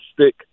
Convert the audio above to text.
stick